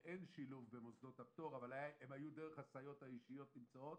כאשר אין שילוב במוסדות הפטור אבל הם היו דרך הסייעות האישיות שנמצאות,